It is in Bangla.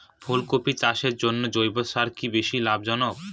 ফুলকপি চাষের জন্য জৈব সার কি বেশী লাভজনক?